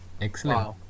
Excellent